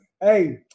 hey